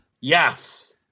Yes